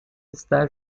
está